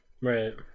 right